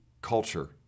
culture